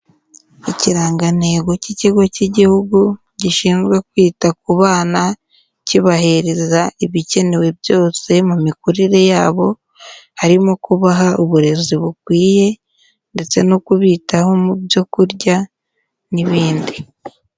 Ikirangantego cy'ikigo cy'igihugu gishinzwe kwita ku bana kibahiriza ibikenewe byose mu mikurire yabo, harimo kubaha uburezi bukwiye ndetse no kubitaho mu byo kurya, n'ibindi.